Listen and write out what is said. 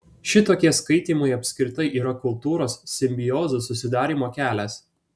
šitokie skaitymai apskritai yra kultūros simbiozių susidarymo kelias